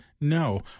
No